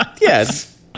Yes